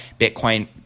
Bitcoin